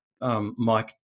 Mike